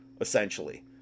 essentially